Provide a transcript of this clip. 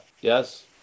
Yes